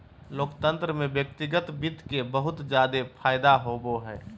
लोकतन्त्र में व्यक्तिगत वित्त के बहुत जादे फायदा होवो हय